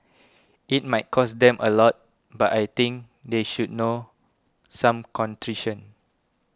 it might cost them a lot but I think they should know some contrition